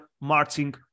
marching